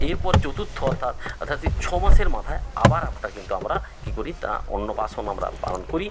এরপরে চতুর্থ অর্থাৎ অর্থাৎ সেই ছ মাসের মাথায় আবার একটা কিন্তু আমরা কী করি না অন্নপ্রাশন আমরা পালন করি